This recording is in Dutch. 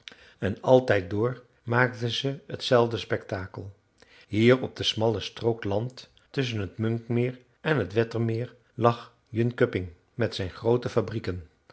en altijd door maakten ze hetzelfde spektakel hier op de smalle strook land tusschen het munkmeer en het wettermeer lag jönköping met zijn groote fabrieken